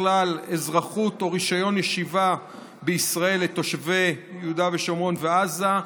ככלל אזרחות או רישיון ישיבה בישראל לתושבי יהודה ושומרון ועזה,